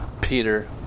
Peter